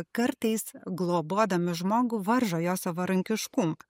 kartais globodami žmogų varžo jo savarankiškumą